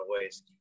ways